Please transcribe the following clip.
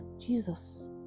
Jesus